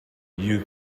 you